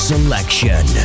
Selection